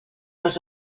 els